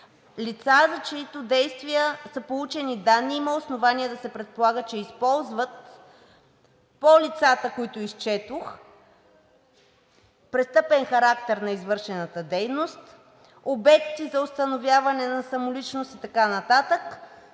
лица, за чиито действия са получени данни и има основание да се предполага, че се използват от лицата, които изчетох; престъпен характер на извършената дейност; обекти за установяване на самоличност и така нататък.